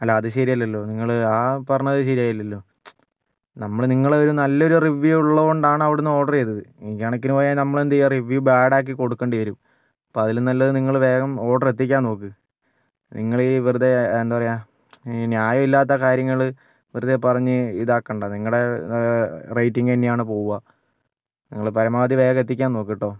അല്ല അത് ശരിയല്ലല്ലോ നിങ്ങള് ആ പറഞ്ഞത് ശരിയായില്ലല്ലോ നമ്മള് നിങ്ങളുടെ ഒരു നല്ലൊരു റിവ്യൂ ഉള്ളത് കൊണ്ടാണ് അവിടുന്ന് ഓർഡർ ചെയ്തത് ഇക്കണക്കിന് പോയാൽ നമ്മൾ എന്താ ചെയ്യുക റിവ്യൂ ബാഡ് ആക്കി കൊടുക്കേണ്ടി വരും അപ്പോൾ അതിലും നല്ലത് നിങ്ങള് വേഗം ഓർഡർ എത്തിക്കാൻ നോക്ക് നിങ്ങൾ ഈ വെറുതെ എന്താ പറയുക ന്യായമില്ലാത്ത കാര്യങ്ങള് വെറുതെ പറഞ്ഞ് ഇതാക്കണ്ട നിങ്ങളുടെ റേറ്റിംഗ് തന്നെയാണ് പോവുക നിങ്ങള് പരമാവധി വേഗം എത്തിക്കാൻ നോക്ക് കെട്ടോ